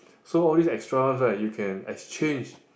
so all these extra ones right you can exchange